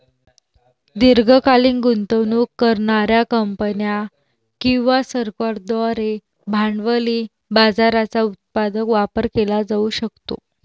दीर्घकालीन गुंतवणूक करणार्या कंपन्या किंवा सरकारांद्वारे भांडवली बाजाराचा उत्पादक वापर केला जाऊ शकतो